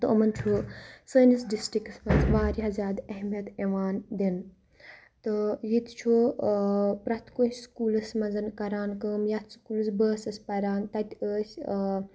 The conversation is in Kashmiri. تہٕ یِمَن چھُ سٲنِس ڈِسٹرکَس منٛز واریاہ زیادٕ اہمیت اِوان دِنہ تہٕ ییٚتہِ چھُ پرٛٮ۪تھ کٲنٛسہِ سکوٗلَس منٛز کَران کٲم یَتھ سکوٗلَس بہٕ ٲسٕس پَران تَتہِ ٲسۍ